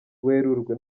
werurwe